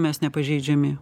mes nepažeidžiami